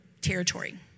territory